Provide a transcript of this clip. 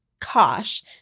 Kosh